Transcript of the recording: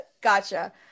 gotcha